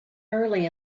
early